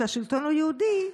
שהשלטון הוא יהודי,